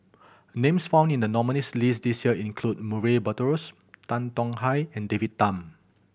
names found in the nominees' list this year include Murray Buttrose Tan Tong Hye and David Tham